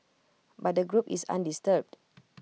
but the group is undisturbed